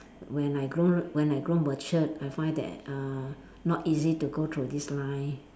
when I grown when I grown matured I find that uh not easy to go through this line